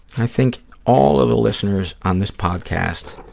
i think all of the listeners on this podcast